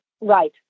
Right